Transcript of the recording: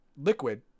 liquid